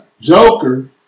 joker